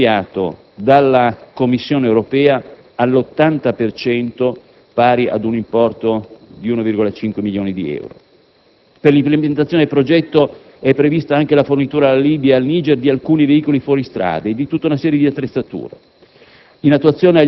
è cofinanziato dalla Commissione europea all'80 per cento, pari ad un importo di 1,5 milioni di euro. Per l'implementazione del progetto è prevista anche la fornitura alla Libia e al Niger di alcuni veicoli fuoristrada e di tutta una serie di attrezzature.